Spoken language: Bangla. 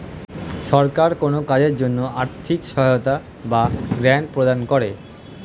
সরকার কোন কাজের জন্য আর্থিক সহায়তা বা গ্র্যান্ট প্রদান করে